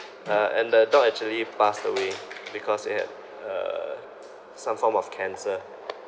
uh and the dog actually passed away because it had uh some form of cancer